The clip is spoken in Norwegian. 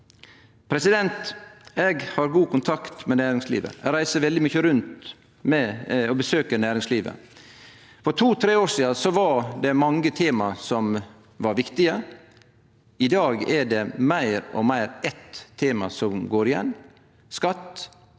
feilaktige. Eg har god kontakt med næringslivet. Eg reiser veldig mykje rundt og besøkjer næringslivet. For to–tre år sidan var det mange tema som var viktige. I dag er det meir og meir eitt tema som går igjen: skatt